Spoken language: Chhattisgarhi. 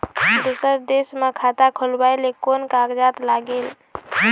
दूसर देश मा खाता खोलवाए ले कोन कागजात लागेल?